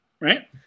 Right